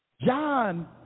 John